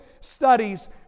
studies